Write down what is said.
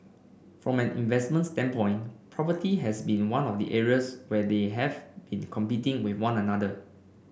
from an investment standpoint property has been one of the areas where they have been competing with one another